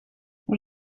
dat